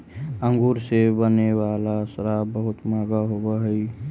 अंगूर से बने वाला शराब बहुत मँहगा होवऽ हइ